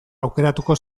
aukeratuko